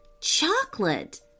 chocolate